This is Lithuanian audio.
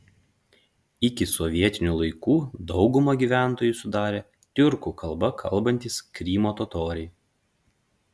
iki sovietinių laikų daugumą gyventojų sudarė tiurkų kalba kalbantys krymo totoriai